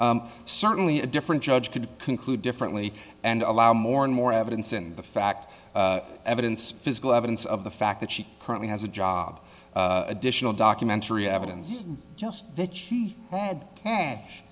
cashing certainly a different judge could conclude differently and allow more and more evidence in fact evidence physical evidence of the fact that she currently has a job additional documentary evidence just that she had cash